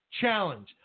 challenge